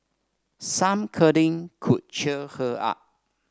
some cuddling could cheer her up